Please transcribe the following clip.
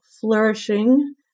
Flourishing